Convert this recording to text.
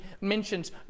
mentions